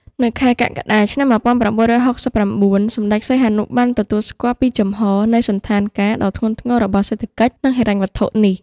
នៅខែកក្កដាឆ្នាំ ១៩៦៩ សម្តេចសីហនុ បានទទួលស្គាល់ពីជំហរនៃសណ្ឋានការណ៍ ដ៏ធ្ងន់ធ្ងររបស់សេដ្ឋកិច្ច និងហិរញ្ញវត្ថុនេះ។